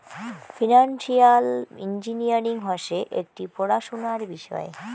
financial engineering হসে একটি পড়াশোনার বিষয়